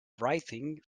writing